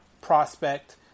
prospect